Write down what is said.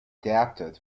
adapted